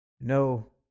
No